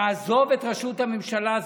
תעזוב את ראשות הממשלה.